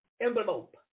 Envelope